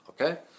Okay